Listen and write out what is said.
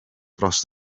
dros